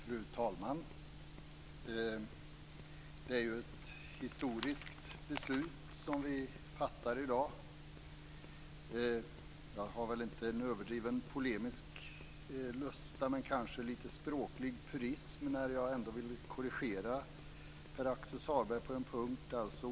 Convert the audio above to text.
Fru talman! Det är ett historiskt beslut vi fattar i dag. Det är väl inte uttryck för någon överdriven polemisk lusta men kanske för lite språklig purism när jag ändå vill korrigera Pär-Axel Sahlberg på en punkt.